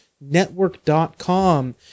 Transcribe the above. network.com